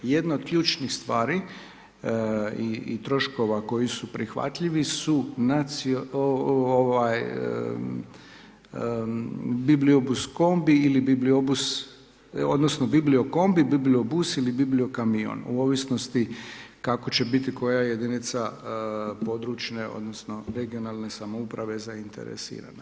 Jedno od ključnih stvari i troškova koji su prihvatljivi su bibliobus kombi ili bibliobus odnosno bibliokombi, bibliobus ili bibliokamion u ovisnosti kako će biti koja jedinica područne odnosno regionalne samouprave zaiteresirana.